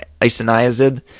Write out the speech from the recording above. isoniazid